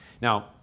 Now